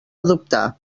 adoptar